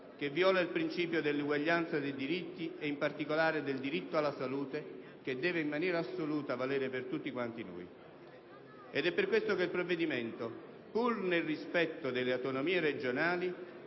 che viola il principio dell'uguaglianza dei diritti e in particolare del diritto alla salute che deve rimanere assoluto e a valere per tutti noi. È per questo che il provvedimento, pur nel rispetto delle autonomie regionali,